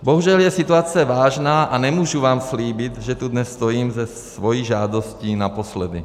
Bohužel je situace vážná a nemůžu vám slíbit, že tu dnes stojím se svou žádostí naposledy.